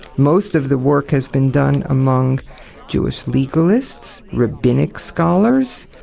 most of the work has been done among jewish legalists, rabbinic scholars,